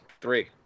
Three